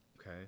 Okay